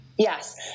Yes